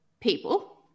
people